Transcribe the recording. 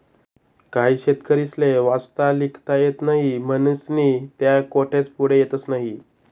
काही शेतकरीस्ले वाचता लिखता येस नही म्हनीस्नी त्या कोठेच पुढे येतस नही